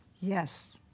Yes